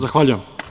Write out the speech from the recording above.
Zahvaljujem.